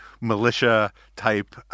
militia-type